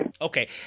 Okay